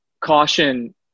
caution